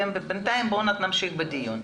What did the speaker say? בינתיים בואו נמשיך בדיון.